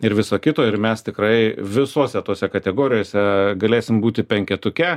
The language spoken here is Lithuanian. ir viso kito ir mes tikrai visose tose kategorijose galėsim būti penketuke